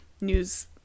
news